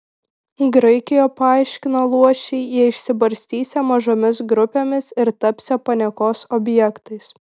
graikijoje paaiškino luošiai jie išsibarstysią mažomis grupėmis ir tapsią paniekos objektais